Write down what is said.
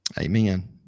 Amen